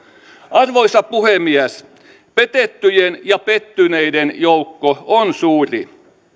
arvoisa puhemies petettyjen ja pettyneiden joukko on suuri